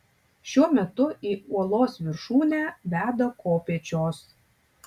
šiuo metu į uolos viršūnę veda kopėčios